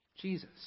Jesus